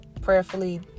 Prayerfully